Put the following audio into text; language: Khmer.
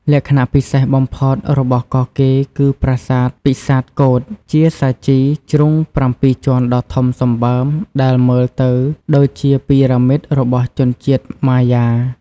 លក្ខណៈពិសេសបំផុតរបស់កោះកេរគឺប្រាសាទពិសាទកូដ ជាសាជីជ្រុងប្រាំពីរជាន់ដ៏ធំសម្បើម ដែលមើលទៅដូចជាពីរ៉ាមីតរបស់ជនជាតិម៉ាយ៉ា។